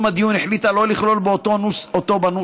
הדיון החליטה שלא לכלול אותו בנוסח.